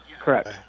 correct